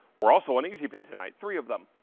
we are also on easy pay tonight, three of them.